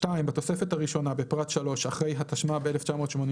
בתוספת הראשונה, (א)בפרט (3), אחרי "התשמ"ב-1982"